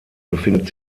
befindet